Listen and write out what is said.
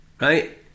right